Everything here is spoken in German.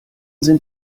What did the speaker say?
sind